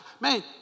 Man